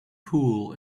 pool